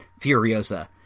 Furiosa